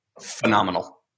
phenomenal